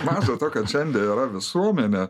maža to kad šiandie yra visuomenė